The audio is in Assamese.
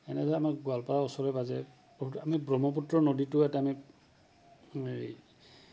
এনেদৰে আমাৰ গোৱালপাৰাৰ ওচৰে পাজৰে আমি ব্ৰহ্মপুত্ৰ নদীটো এটা আমি হেৰি